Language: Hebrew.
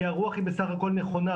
כי הרוח היא בסך הכול נכונה,